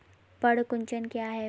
पर्ण कुंचन क्या है?